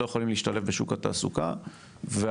לא יכולים להשתלב בשוק התעסוקה והרצון